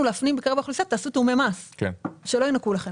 להפנים בקרב האוכלוסיות שיעשו תיאומי מס כדי שלא ינכו להן.